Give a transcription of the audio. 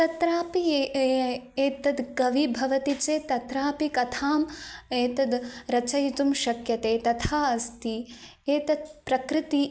तत्रापि एतद् कविः भवति चेत् तत्रापि कथाम् एतद् रचयितुं शक्यते तथा अस्ति एतत् प्रकृतिः